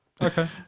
Okay